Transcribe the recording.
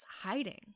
hiding